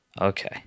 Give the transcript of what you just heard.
Okay